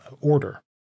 order